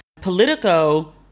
Politico